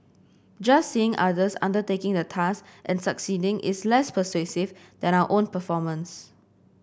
just seeing others undertaking the task and succeeding is less persuasive than our own performance